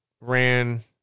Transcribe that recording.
ran